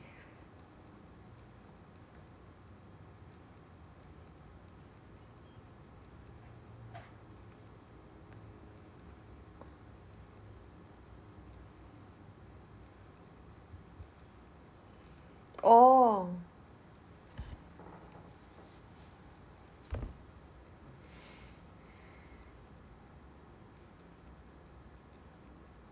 orh